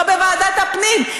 לא ועדת הפנים.